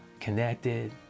connected